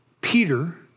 Peter